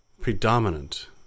predominant